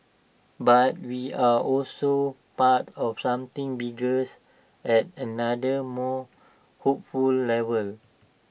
but we are also part of something biggers at another more hopeful level